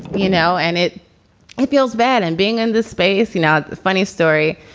you know, and it it feels bad and being in this space, you. know funny story.